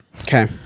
Okay